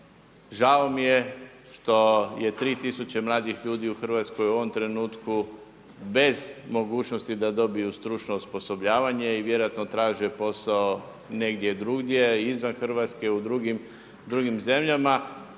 Žao mi je što je 3 tisuće mladih ljudi u Hrvatskoj u ovom trenutku bez mogućnosti da dobiju stručno osposobljavanje i vjerojatno traže posao negdje drugdje izvan Hrvatske u drugim zemljama